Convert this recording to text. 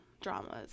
dramas